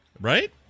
Right